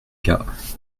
gars